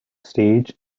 stage